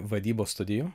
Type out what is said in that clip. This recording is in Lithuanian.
vadybos studijų